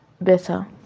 Better